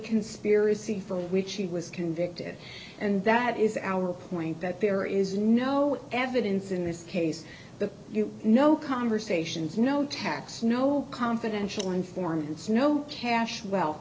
conspiracy for which he was convicted and that is our point that there is no evidence in this case the you know conversations no tax no confidential informants no cash well